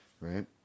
right